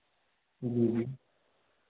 जी जी